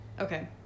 Okay